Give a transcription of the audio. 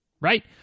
right